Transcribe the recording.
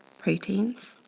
proteins.